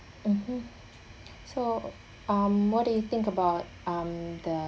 (uh huh) so um what do you think about um the